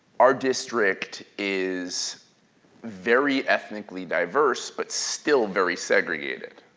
our district is very ethnically diverse, but still very segregated.